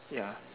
ya